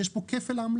יש כאן כפל עמלה.